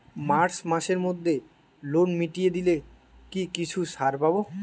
March মাসের মধ্যে loan মিটিয়ে দিলে কি কিছু ছাড় পাব?